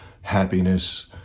happiness